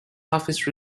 office